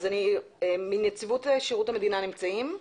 מנציבות שירות המדינה נמצאים?